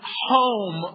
home